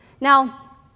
Now